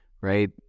right